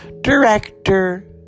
director